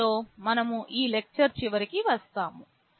దీనితో మనం ఈ లెక్చర్ చివరికి వస్తాము